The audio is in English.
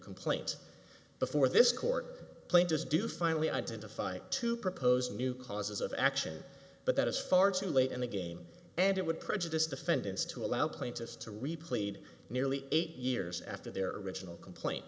complaint before this court plaintiff do finally identify to propose new causes of action but that is far too late in the game and it would prejudice defendants to allow plaintiffs to replayed nearly eight years after their original complaint